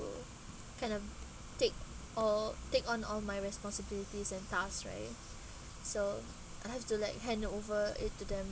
kind of take all take on all my responsibilities and tasks right so I have to like hand it over it to them